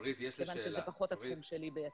כיוון שזה פחות התחום שלי ביתד.